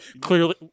Clearly